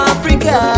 Africa